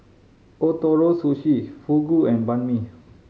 Ootoro Sushi Fugu and Banh Mi